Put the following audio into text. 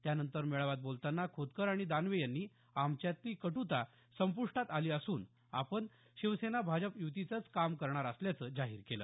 त्यानंतर मेळाव्यात बोलतांना खोतकर आणि दानवे यांनी आमच्यातली कट्ता संपृष्टात आली असून आपण शिवसेना भाजप युतीचेच काम करणार असल्याचं जाहीर केलं